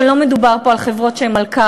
שלא מדובר פה על חברות שהן מלכ"רים,